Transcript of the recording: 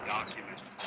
Documents